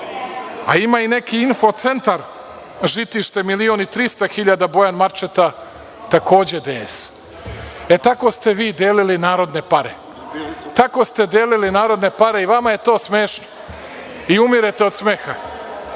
a ima i neki Infocentar Žitište – 1.300.000, Bojan Marčeta, takođe DS.E, tako ste vi delili narodne pare. Tako ste delili narodne pare i vama je to smešno i umirete od smeha.